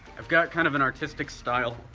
i've got kind of an artistic style,